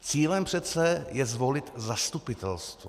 Cílem přece je zvolit zastupitelstvo.